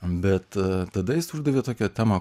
bet tada jis uždavė tokia tema